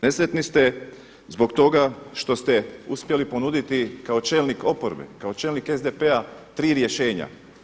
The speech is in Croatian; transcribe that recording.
Nesretni ste zbog toga što ste uspjeli ponuditi kao čelnik oporbe, kao čelnik SDP-a tri rješenja.